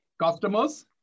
customers